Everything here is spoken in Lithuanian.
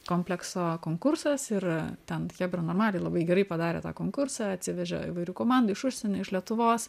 komplekso konkursas ir ten chebra normaliai labai gerai padarė tą konkursą atsivežė įvairių komandų iš užsienio iš lietuvos